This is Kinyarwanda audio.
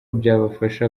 byabafasha